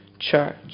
church